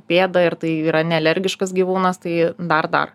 pėdą ir tai yra nealergiškas gyvūnas tai dar dar